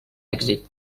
èxit